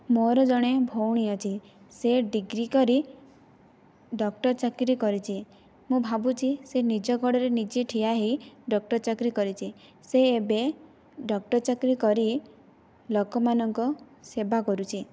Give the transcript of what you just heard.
ମୋର ଜଣେ ଭଉଣୀ ଅଛି ସେ ଡିଗ୍ରୀ କରି ଡକ୍ଟର ଚାକିରୀ କରିଛି ମୁଁ ଭାବୁଛି ସେ ନିଜ ଗୋଡ଼ରେ ନିଜେ ଠିଆ ହୋଇ ଡକ୍ଟର ଚାକିରୀ କରିଛି ସେ ଏବେ ଡକ୍ଟର ଚାକିରୀ କରି ଲୋକମାନଙ୍କ ସେବା କରୁଛି